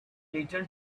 returned